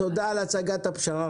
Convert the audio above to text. הצגת הפשרה,